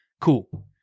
cool